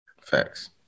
Facts